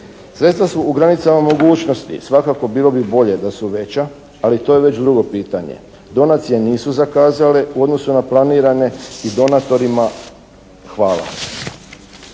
Sredstva su u granicama mogućnosti. Svakako bilo bi bolje da su veća, ali to je već drugo pitanje. Donacije nisu zakazale u odnosu na planirane i donatorima hvala.